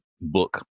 book